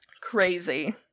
Crazy